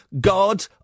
God